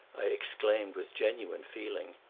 i exclaimed with genuine feeling.